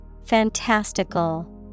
fantastical